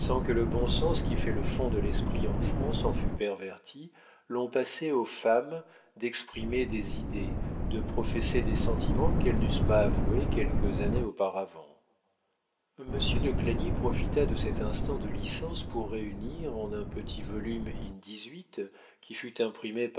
que le bon sens qui fait le fond de l'esprit en france en fût perverti l'on passait aux femmes d'exprimer des idées de professer des sentiments qu'elles n'eussent pas avoués quelques années auparavant monsieur de clagny profita de cet instant de licence pour réunir en un petit volume qui fut imprimé